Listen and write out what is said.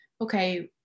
okay